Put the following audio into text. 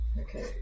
Okay